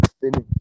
finish